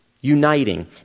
uniting